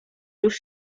już